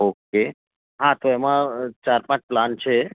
okay હા તો એમાં ચાર પાંચ પ્લાન છે